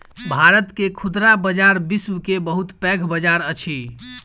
भारत के खुदरा बजार विश्व के बहुत पैघ बजार अछि